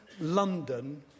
London